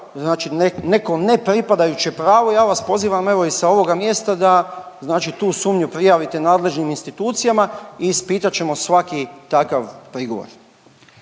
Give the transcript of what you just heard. neko nepripadajuće pravo, ja vas pozivam, evo i sad ovoga mjesta da znači tu sumnju prijavite nadležnim institucijama i ispitat ćemo svaki takav prigovor.